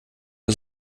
wir